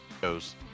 goes